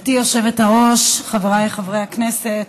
גברתי היושבת-ראש, חבריי חברי הכנסת,